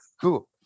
Cool